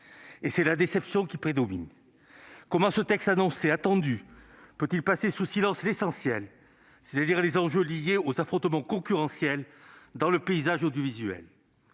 c'est la déception qui prédomine. Comment un texte annoncé, attendu, peut-il passer sous silence l'essentiel, c'est-à-dire les enjeux liés aux affrontements concurrentiels dans le paysage audiovisuel ?